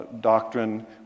doctrine